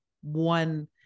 one